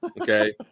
Okay